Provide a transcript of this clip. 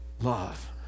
love